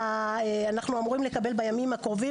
אנחנו אמורים לקבל בימים הקרובים,